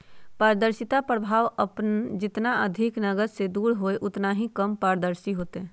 पारदर्शिता प्रभाव अपन जितना अधिक नकद से दूर होतय उतना ही कम पारदर्शी होतय